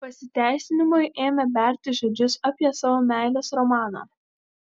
pasiteisinimui ėmė berti žodžius apie savo meilės romaną